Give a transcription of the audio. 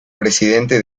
presidente